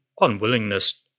unwillingness